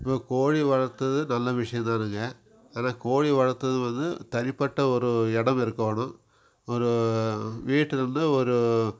இப்போ கோழி வளர்த்தது நல்ல விஷயோந்தானுங்க ஆனால் கோழி வளர்த்தது வந்து தனிப்பட்ட ஒரு இடோம் இருக்கணும் ஒரு வீட்டுலேருந்து ஒரு